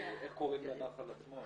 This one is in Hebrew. מהממונות.